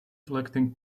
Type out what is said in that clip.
electing